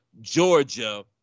Georgia